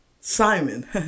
Simon